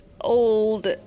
old